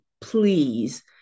please